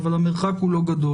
אבל המרחק הוא לא גדול.